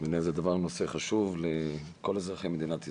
זה נושא חשוב לכל אזרחי מדינת ישראל.